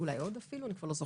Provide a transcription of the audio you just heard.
ואולי עוד אחרים,